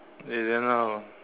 eh then how